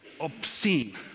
obscene